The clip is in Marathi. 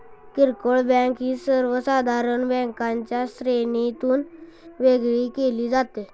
किरकोळ बँक ही सर्वसाधारण बँकांच्या श्रेणीतून वेगळी केली जाते